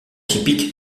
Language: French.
typique